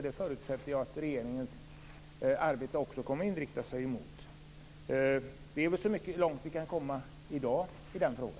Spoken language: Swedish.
Jag förutsätter att regeringens arbete kommer att inriktas på det. Det är väl så långt vi kan komma i dag i den frågan.